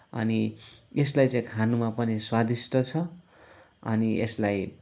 अनि यसलाई चाहिँ खानुमा पनि स्वादिष्ट छ अनि यसलाई